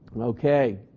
okay